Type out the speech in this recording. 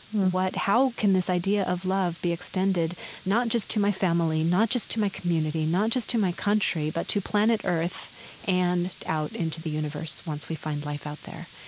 how can this idea of love be extended not just to my family, not just to my community, not just to my country, but to planet earth and out into the universe once we find life out there?